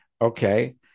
Okay